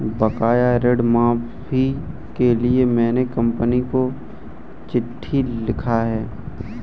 बकाया ऋण माफी के लिए मैने कंपनी को चिट्ठी लिखा है